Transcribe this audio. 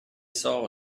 saw